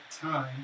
time